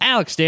Alex